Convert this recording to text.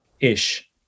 ish